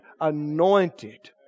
anointed